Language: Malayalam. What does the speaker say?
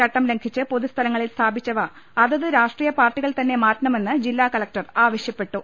ചട്ടം ലംഘിച്ച് പൊതു സ്ഥലങ്ങളിൽ സ്ഥാപിച്ചവ അതത് രാഷ്ട്രീയ പാർട്ടികൾതന്നെ മാറ്റണമെന്ന് ജില്ലാ കളക്ടർ ആവ ശ്യപ്പെട്ടു